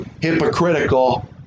hypocritical